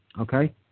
okay